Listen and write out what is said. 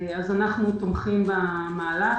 אנחנו תומכים במהלך.